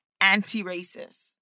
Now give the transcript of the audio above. anti-racist